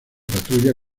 patrulla